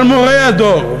אבל מורי הדור,